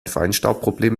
feinstaubproblem